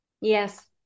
yes